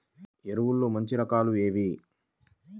ఎరువుల్లో మంచి రకాలు ఏవి?